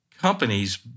companies